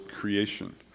creation